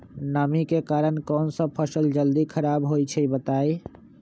नमी के कारन कौन स फसल जल्दी खराब होई छई बताई?